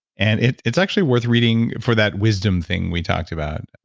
and it's it's actually worth reading for that wisdom thing we talked about,